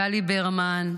גלי ברמן,